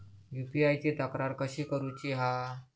UPI ची तक्रार कशी करुची हा?